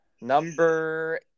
Number